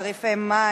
מים